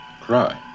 Cry